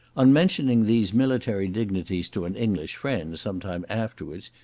on mentioning these military dignities to an english friend some time afterwards,